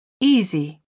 Easy